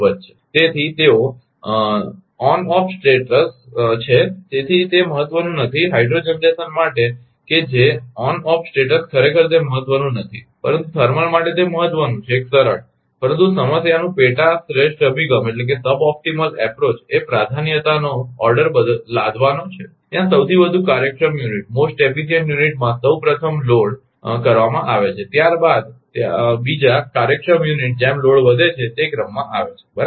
તેથી કે તેઓ ઓન ઓફ્ફ સ્ટેટસ છે તેથી તે મહત્વનું નથી હાઇડ્રો જનરેશન માટે કે જે ઓન ઓફ્ફ સ્ટેટસ ખરેખર તે મહત્વનું નથી પરંતુ થર્મલ માટે તે ખૂબ મહત્વનું છે એક સરળ પરંતુ સમસ્યાનું પેટા શ્રેષ્ઠ અભિગમ એ પ્રાધાન્યતાનો ઓર્ડર લાદવાનો છે જ્યાં સૌથી વધુ કાર્યક્ષમ યુનિટમાં સૌ પ્રથમ લોડloaded first કરવામાં આવે છે ત્યાર પછી બીજા કાર્યક્ષમ યુનિટ જેમ લોડ વધે છે તે ક્રમમાં આવે છે બરાબર